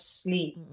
sleep